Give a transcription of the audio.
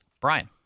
Brian